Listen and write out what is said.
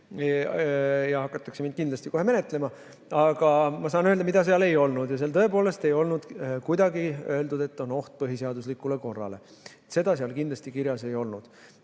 ja kindlasti hakataks kohe menetlema. Aga ma saan öelda, mida seal ei olnud. Seal tõepoolest ei olnud kuidagi öeldud, et on oht põhiseaduslikule korrale. Seda seal kindlasti kirjas ei olnud.